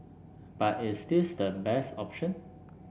but is this the best option